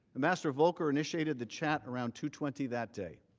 ambassador volker initiated the chat around two twenty that day.